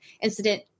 incident